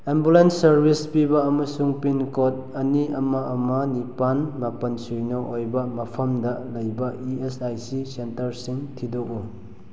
ambulance service ꯄꯤꯕ ꯑꯃꯁꯨꯡ pin code ꯑꯅꯤ ꯑꯃ ꯑꯃ ꯅꯤꯄꯥꯜ ꯃꯥꯄꯜ ꯁꯤꯅꯣ ꯑꯣꯏꯕ ꯃꯐꯝꯗ ꯂꯩꯕ ꯏ ꯑꯦꯁ ꯑꯥꯏ ꯁꯤ ꯁꯦꯟꯇꯔꯁꯤꯡ ꯊꯤꯗꯣꯛꯎ